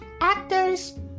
actors